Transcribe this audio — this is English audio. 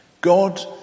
God